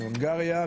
מהונגריה,